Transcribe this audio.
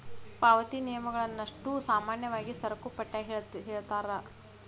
ಪಾವತಿ ನಿಯಮಗಳನ್ನಷ್ಟೋ ಸಾಮಾನ್ಯವಾಗಿ ಸರಕುಪಟ್ಯಾಗ ಹೇಳಿರ್ತಾರ